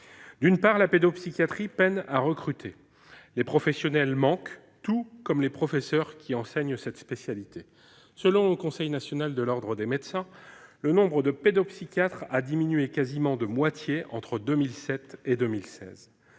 D'une part, la pédopsychiatrie peine à recruter, les professionnels manquent, tout comme les professeurs enseignant cette spécialité. Selon le Conseil national de l'ordre des médecins, le nombre de pédopsychiatres a diminué quasiment de moitié entre 2007 et 2016.